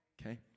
Okay